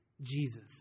Jesus